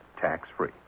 tax-free